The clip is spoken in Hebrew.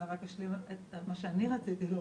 רק אשלים את מה שאני רציתי לומר,